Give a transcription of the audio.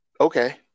Okay